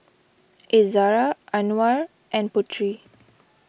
Izzara Anuar and Putri